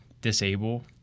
disable